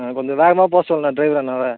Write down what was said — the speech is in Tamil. ஆ கொஞ்சம் வேகமாக போக சொல்லுண்ணா ட்ரைவர் அண்ணாவை